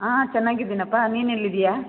ಹಾಂ ಚೆನ್ನಾಗಿದ್ದಿನಪ್ಪ ನೀನೆಲ್ಲಿದ್ದೀಯ